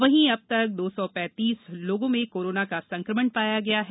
वहीं अब तक दो सौ पैंतीस लोगों में कोरोना का संक्रमण पाया गया है